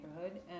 neighborhood